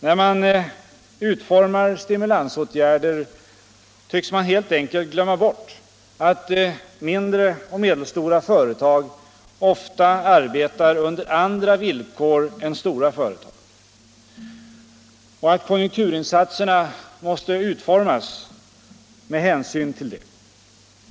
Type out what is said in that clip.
När man utformar stimulansåtgärderna tycks man helt glömma bort att mindre och medelstora företag ofta arbetar under andra villkor än stora företag — och att konjunkturinsatserna måste utformas med hänsyn till det.